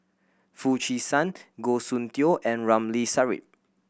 Foo Chee San Goh Soon Tioe and Ramli Sarip